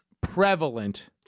prevalent